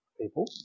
people